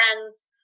friends